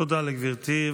תודה לגברתי.